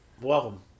Welcome